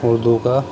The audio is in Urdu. اردو کا